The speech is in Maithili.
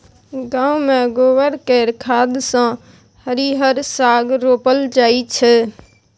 गांव मे गोबर केर खाद सँ हरिहर साग रोपल जाई छै